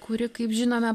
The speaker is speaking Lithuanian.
kuri kaip žinome